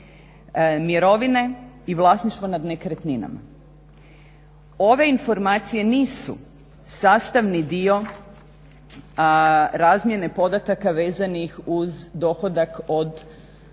mirovine i vlasništvo nad nekretninama. Ove informacije nisu sastavni dio razmjene podataka vezanih uz dohodak od štednje